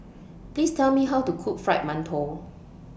Please Tell Me How to Cook Fried mantou